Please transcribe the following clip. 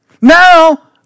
Now